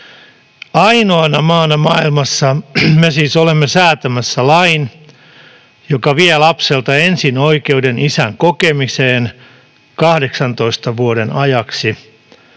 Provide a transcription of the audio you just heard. Ainoana maana maailmassa me siis olemme säätämässä lain, joka vie lapselta ensin oikeuden isän kokemiseen 18 vuoden ajaksi,